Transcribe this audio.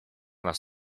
nas